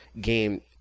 game